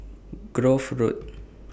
Grove Road